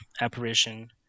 apparition